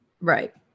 right